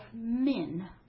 men